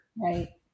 Right